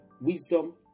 wisdom